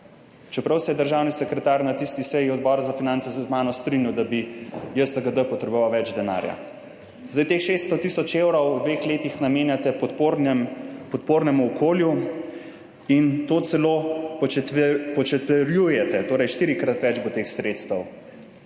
čeprav se je državni sekretar na tisti seji Odbora za finance z mano strinjal, da bi JSKD potreboval več denarja. Zdaj teh 600 tisoč evrov v dveh letih namenjate podpornemu okolju, in to celo početverjate, torej štirikrat več bo teh sredstev.